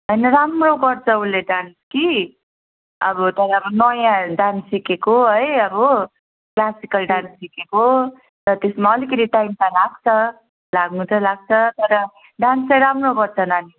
होइन राम्रो गर्छ उसले डान्स कि अब त नयाँ डान्स सिकेको है अब क्लासिकल डान्स सिकेको र त्यसमा अलिकति टाइम त लाग्छ लाग्न चाहिँ लाग्छ तर डान्स चाहिँ राम्रो गर्छ नानीले